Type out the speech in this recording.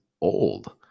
old